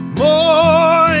more